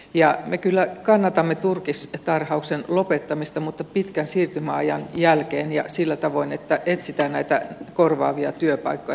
me kyllä kannatamme turkistarhauksen lopettamista mutta pitkän siirtymäajan jälkeen ja sillä tavoin että etsitään näitä korvaavia työpaikkoja näille ihmisille